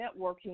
networking